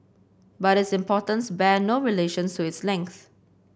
but its importance bear no relation to its length